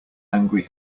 angry